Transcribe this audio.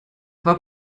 war